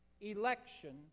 election